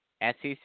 SEC